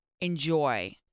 enjoy